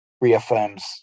reaffirms